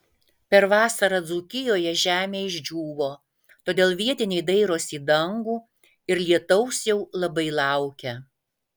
per vasarą dzūkijoje žemė išdžiūvo todėl vietiniai dairosi į dangų ir lietaus jau labai laukia